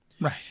Right